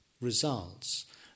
results